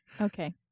Okay